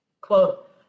Quote